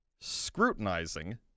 scrutinizing